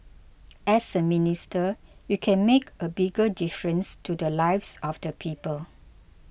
as a minister you can make a bigger difference to the lives of the people